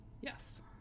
Yes